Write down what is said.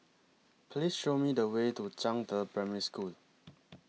Please Show Me The Way to Zhangde Primary School